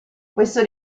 questo